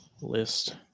list